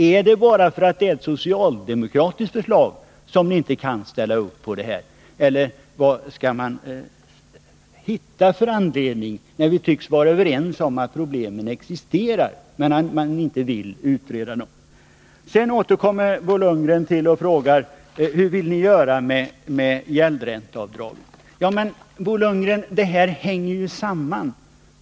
Är det bara därför att det är ett socialdemokratiskt förslag som ni inte kan ställa upp på detta? Eller vad finns det för anledning, när vi tycks vara överens om att problemen existerar men ni inte vill utreda dem? Sedan återkommer Bo Lundgren och frågar vad vi vill göra med gäldränteavdragen. Men, Bo Lundgren, det här hänger ju samman.